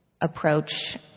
approach